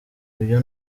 ibyo